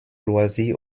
loisirs